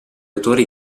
autori